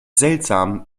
seltsam